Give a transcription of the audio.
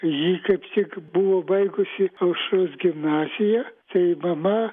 ji kaip tik buvo baigusi aušros gimnaziją tai mama